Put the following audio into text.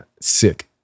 sick